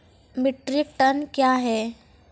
Metric ton कया हैं?